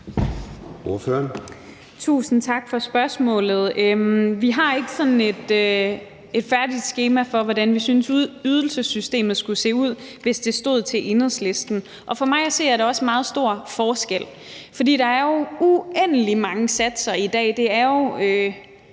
Tusind tak for spørgsmålet. Vi har ikke sådan et færdigt skema for, hvordan vi synes ydelsessystemet skulle se ud, hvis det stod til Enhedslisten. Og for mig at se er der også meget stor forskel, for der er jo uendelig mange satser i dag. Det er jo